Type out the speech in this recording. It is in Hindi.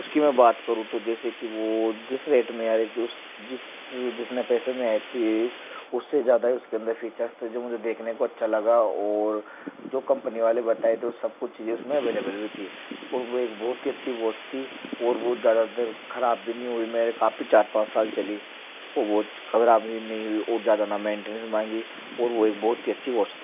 उसकी मैं बात करूँ तो जैसे की वो जिस रेट में आ रही थी जिस जितने पैसे में आती है उससे ज़्यादा उसके अंदर फीचर्स थे जो मुझे देखने को अच्छा लगा और जो कंपनी वाले बताए थे वो सब कुछ चीज़े उसमें अवेलेबल भी थी वो एक बहुत ही अच्छी वॉच थी ओर वह ज़्यादातर ख़राब भी नहीं हुई मेरे काफी चार पाँच साल चली वो वॉच ख़राब नहीं हुई और ज़्यादा न मैनटेनेंस मांगी और वह एक बहुत ही अच्छी वॉच थी